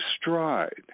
stride